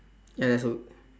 ya there's a